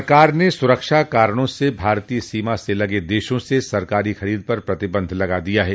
सरकार ने स्रक्षा कारणों से भारतीय सीमा से लगे देशों से सरकारी खरीद पर प्रतिबंध लगा दिया है